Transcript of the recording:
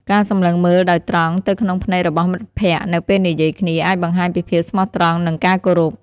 ការសម្លឹងមើលដោយត្រង់ទៅក្នុងភ្នែករបស់មិត្តភក្តិនៅពេលនិយាយគ្នា អាចបង្ហាញពីភាពស្មោះត្រង់និងការគោរព។